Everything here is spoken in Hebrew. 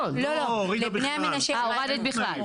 לבני המנשה, הורידו בכלל.